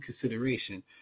consideration